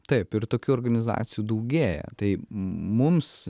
taip ir tokių organizacijų daugėja tai mums